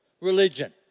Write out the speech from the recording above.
religion